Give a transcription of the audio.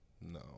No